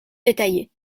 détaillée